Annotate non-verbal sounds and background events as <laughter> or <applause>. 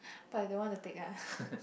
but I don't want to take ah <noise>